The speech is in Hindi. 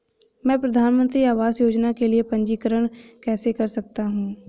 मैं प्रधानमंत्री आवास योजना के लिए पंजीकरण कैसे कर सकता हूं?